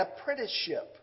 apprenticeship